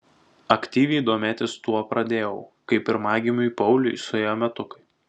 aktyviai domėtis tuo pradėjau kai pirmagimiui pauliui suėjo metukai